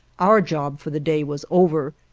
our job for the day was over,